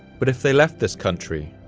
but if they left this country,